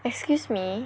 excuse me